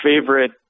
favorite